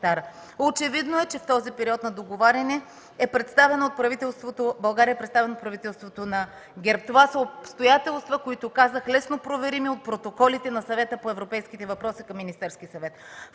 Очевидно е, че в този период на договаряне България е представена от правителството на ГЕРБ. Обстоятелства, които казах, са лесно проверими от протоколите на Съвета по европейските въпроси към Министерския съвет.